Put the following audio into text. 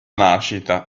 nascita